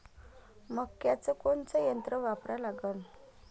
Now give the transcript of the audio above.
मक्याचं कोनचं यंत्र वापरा लागन?